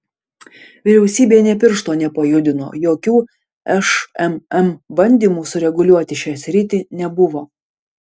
vyriausybė nė piršto nepajudino jokių šmm bandymų sureguliuoti šią sritį nebuvo